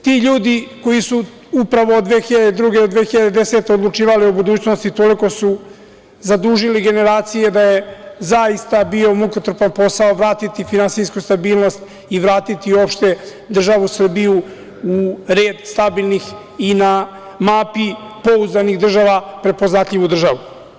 Ti ljudi koji su upravo od 2002. do 2010. godine odlučivali o budućnosti, toliko su zadužili generacije, da je zaista bio mukotrpan posao vratiti finansijsku stabilnost i vratiti uopšte državu Srbiju u red stabilnih i na mapi pouzdanih država prepoznatljivu državu.